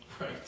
Right